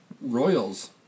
Royals